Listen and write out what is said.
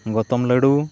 ᱜᱚᱛᱚᱢ ᱞᱟᱹᱰᱩ